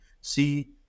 see